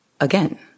again